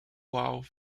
wild